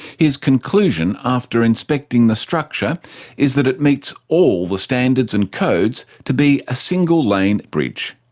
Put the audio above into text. his conclusion after inspecting the structure is that it meets all the standards and codes to be a single-lane bridge.